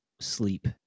sleep